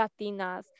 Latinas